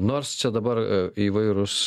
nors čia dabar įvairūs